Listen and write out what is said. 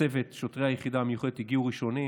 הצוות, שוטרי היחידה המיוחדת, הגיעו ראשונים.